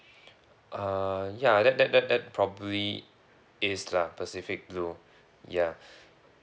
uh ya that that that that probably is lah pacific blue ya